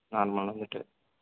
ஆ மறந்துவிட்டு